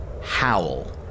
howl